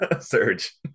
Surge